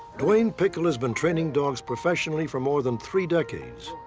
duane pickel has been training dogs professionally for more than three decades.